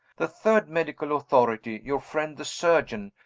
the third medical authority, your friend the surgeon,